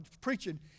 preaching